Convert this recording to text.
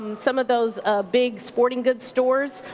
some of those big sporting goods stores.